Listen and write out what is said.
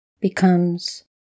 becomes